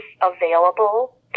available